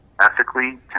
Ethically